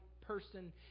person